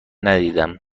ندیدم